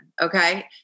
Okay